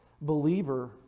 believer